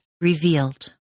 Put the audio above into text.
revealed